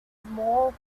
more